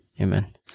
Amen